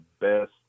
best